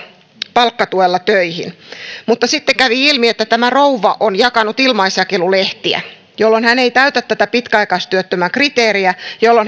palkkatuella töihin mutta sitten kävi ilmi että tämä rouva on jakanut ilmaisjakelulehtiä jolloin hän ei täytä tätä pitkäaikaistyöttömän kriteeriä jolloin